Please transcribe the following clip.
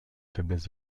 faiblesse